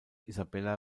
isabella